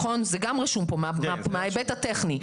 גם זה רשום כאן מההיבט הטכני.